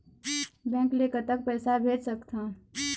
Bank ले कतक पैसा भेज सकथन?